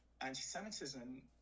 anti-Semitism